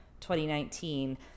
2019